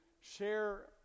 share